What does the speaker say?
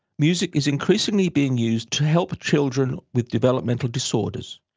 music is increasingly being used to help children with developmental disorders,